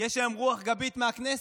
יש היום רוח גבית מהכנסת,